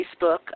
Facebook